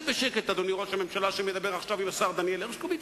המפלגה הגדולה שהקימה את מדינת ישראל,